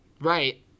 Right